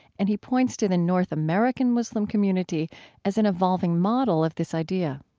and he points to the north american muslim community as an evolving model of this idea